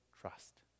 trust